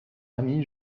amie